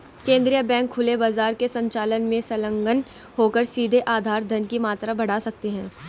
केंद्रीय बैंक खुले बाजार के संचालन में संलग्न होकर सीधे आधार धन की मात्रा बढ़ा सकते हैं